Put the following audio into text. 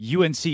UNC